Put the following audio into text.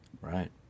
Right